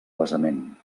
basament